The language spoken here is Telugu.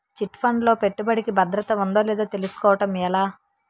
చిట్ ఫండ్ లో పెట్టుబడికి భద్రత ఉందో లేదో తెలుసుకోవటం ఎలా?